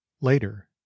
later